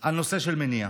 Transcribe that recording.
על נושא המניעה,